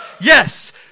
Yes